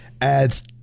adds